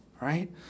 Right